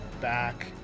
back